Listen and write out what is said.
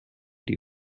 die